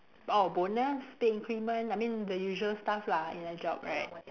oh bonus pay increment I mean the usual stuff lah in a job right